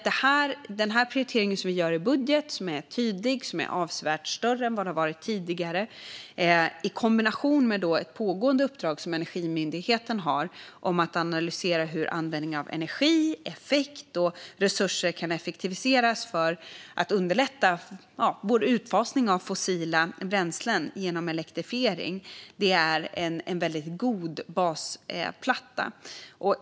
Den prioritering vi gör i budgeten, som både är tydlig och innebär avsevärt större resurser än tidigare, i kombination med ett pågående uppdrag som Energimyndigheten har om att analysera hur användning av energi, effekt och resurser kan effektiviseras för att vår underlätta utfasning av fossila bränsle genom elektrifiering är en väldigt god basplatta.